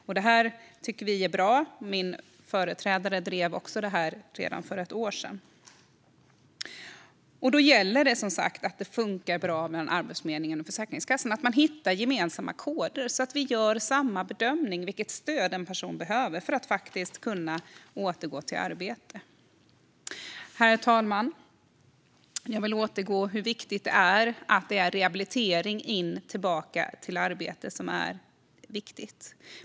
Vi tycker att det är bra, och min företrädare drev också detta redan för ett år sedan. Det gäller som sagt att det funkar bra mellan Arbetsförmedlingen och Försäkringskassan, att de hittar gemensamma koder och gör samma bedömning av vilket stöd en person behöver för att faktiskt kunna återgå till arbete. Herr talman! Jag vill återgå till hur viktigt det är med rehabilitering tillbaka till arbete.